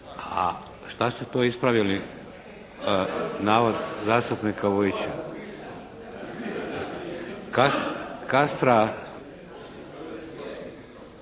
A što ste to ispravili navod zastupnika Vujića.